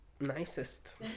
nicest